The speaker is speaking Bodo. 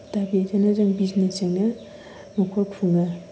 दा बिदिनो जों बिजनेसजोंनो न'खौ खुङो